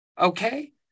okay